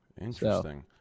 Interesting